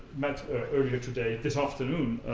met earlier today, this afternoon,